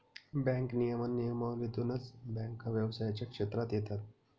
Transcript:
bank नियमन नियमावलीतूनच बँका व्यवसायाच्या क्षेत्रात येतात